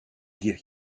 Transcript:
guéri